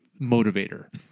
motivator